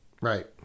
Right